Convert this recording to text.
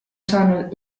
saanud